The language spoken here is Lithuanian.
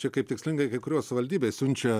čia kaip tikslingai kai kurios savivaldybės siunčia